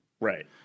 Right